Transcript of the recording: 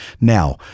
Now